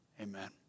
amen